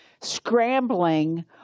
scrambling